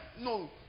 no